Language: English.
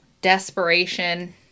desperation